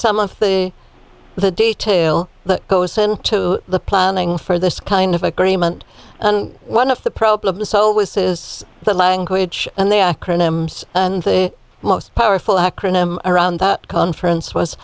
some of the detail that goes into the planning for this kind of agreement one of the problem so was this the language and the acronyms and the most powerful acronym around that conference was